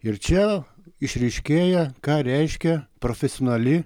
ir čia išryškėja ką reiškia profesionali